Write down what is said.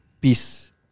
peace